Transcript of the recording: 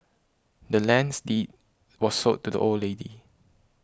the land's deed was sold to the old lady